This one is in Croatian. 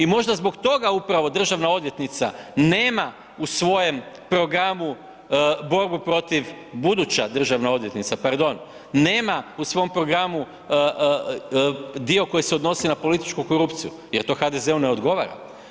I možda zbog toga upravo državna odvjetnica nema u svojem programu borbu protiv, buduća državna odvjetnica, pardon, nema u svom programu dio koji se odnosi na političku korupciju jer to HDZ-u ne odgovara.